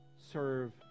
serve